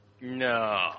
No